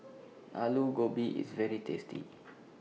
Alu Gobi IS very tasty